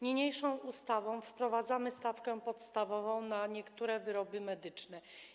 Niniejszą ustawą wprowadzamy stawkę podstawową na niektóre wyroby medyczne.